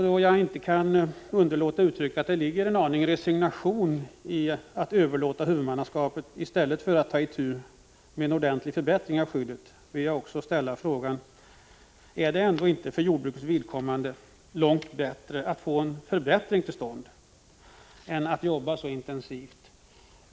Då jag inte kan underlåta att tycka att det ligger litet resignation i att överlåta huvudmannaskapet i stället för att ta itu med en ordentlig förbättring av skyddet, vill jag också ställa frågan: Är det inte ändå för jordbrukets vidkommande långt bättre att få en förbättring till stånd än att jobba så intensivt på frågan om nytt huvudmannaskap?